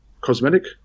cosmetic